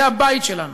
זה הבית שלנו,